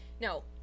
No